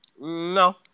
No